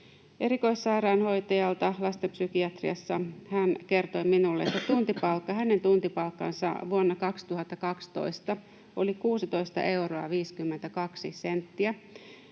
erikoissairaanhoitajalta lastenpsykiatriassa. Hän kertoi minulle, että hänen tuntipalkkansa vuonna 2012 oli 16 euroa